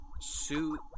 suit